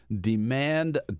Demand